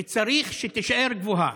וצריך שתישאר גבוהה,